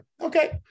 Okay